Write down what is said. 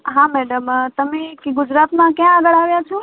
હા મૅડમ તમે ગુજરાતમાં ક્યાં આગળ આવ્યાં છો